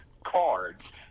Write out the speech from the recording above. cards